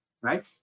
right